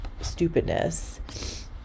stupidness